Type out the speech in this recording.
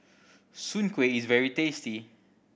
soon kway is very tasty